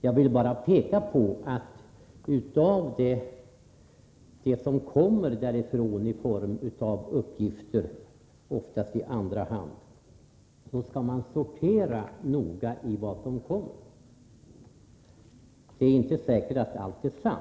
Jag ville bara peka på att man noga skall sortera de uppgifter — oftast andrahandsuppgifter — som kommer därifrån. Det är inte säkert att allt är sant.